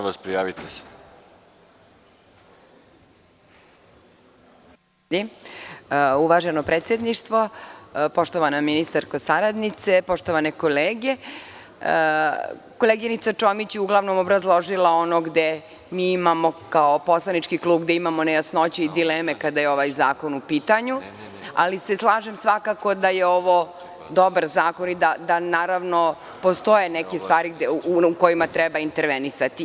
Uvaženo predsedništvo, poštovana ministarko, poštovani saradnici, poštovane kolege, koleginica Čomić je uglavnom obrazložila ono gde mi imamo kao poslanički klub, gde imamo nejasnoće i dileme kada je ovaj zakon u pitanju, ali se slažem svakako da je ovo dobar zakon i da postoje neke stvari u kojima treba intervenisati.